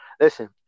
listen